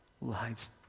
lives